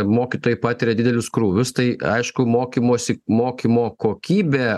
mokytojai patiria didelius krūvius tai aišku mokymosi mokymo kokybė